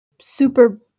super